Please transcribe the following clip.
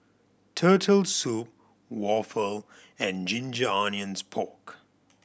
Turtle Soup waffle and ginger onions pork